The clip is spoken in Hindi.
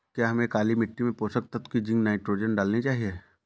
क्या हमें काली मिट्टी में पोषक तत्व की जिंक नाइट्रोजन डालनी चाहिए?